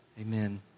Amen